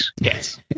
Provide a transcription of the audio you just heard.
yes